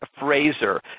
Fraser